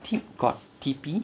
tip got tipi